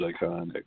iconic